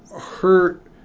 hurt